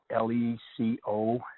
L-E-C-O